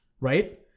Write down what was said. right